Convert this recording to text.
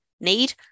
need